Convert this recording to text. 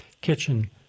kitchen